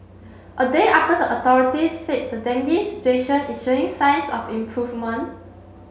a day after the authorities said the dengue situation is showing signs of improvement